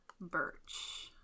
Birch